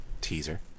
teaser